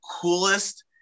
coolest